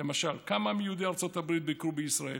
למשל, כמה מיהודי ארצות הברית ביקרו בישראל?